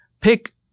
pick